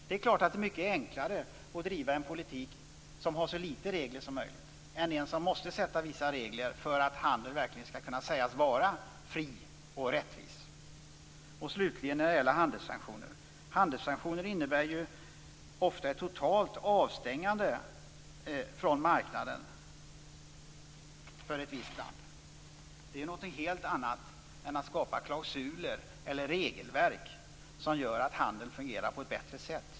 Det är klart att det är mycket enklare att driva en politik som har så lite regler som möjligt än att driva en politik som måste sätta vissa regler för att handeln verkligen skall kunna sägas vara fri och rättvis. Slutligen vill jag säga att handelssanktioner ofta innebär en total avstängning från marknaden för ett visst land. Det är någonting helt annat än att skapa klausuler eller regelverk som gör att handeln fungerar på ett bättre sätt.